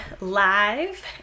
live